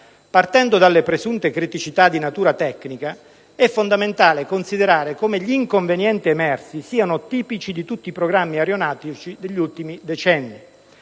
Partendo dalle presunte criticità di natura tecnica, è fondamentale considerare come gli inconvenienti emersi siano tipici di tutti i programmi aeronautici degli ultimi decenni,